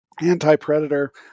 anti-predator